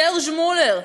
סרג' מולר,